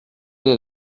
est